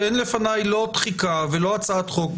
אין לפניי, לא תחיקה ולא הצעת חוק.